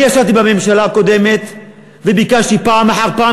אני ישבתי בממשלה הקודמת וביקשתי פעם אחר פעם